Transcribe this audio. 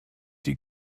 die